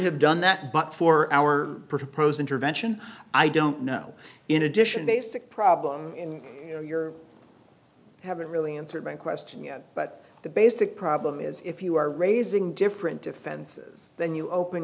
have done that but for our proposed intervention i don't know in addition basic problem your i haven't really answered my question yet but the basic problem is if you are raising different defenses then you open